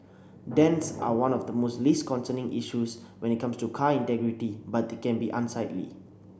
dents are one of the most least concerning issues when it comes to car integrity but they can be unsightly